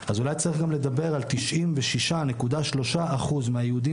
אז אולי צריך גם לדבר על 96.3% מהיהודים